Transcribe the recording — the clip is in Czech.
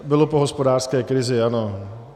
Bylo po hospodářské krizi, ano.